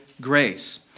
grace